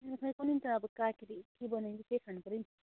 यहाँ चाहिँ कुनि त अब काकीले के बनाइदिनु हुन्छ त्यही खानुपर्यो नि